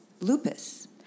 lupus